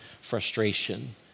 frustration